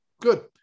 Good